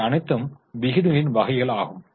இவை அனைத்தும் விகிதங்களின் வகைகள் ஆகும்